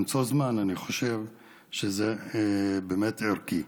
למצוא זמן, אני חושב שזה באמת ערכי.